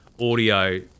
audio